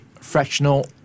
fractional